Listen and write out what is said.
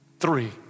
Three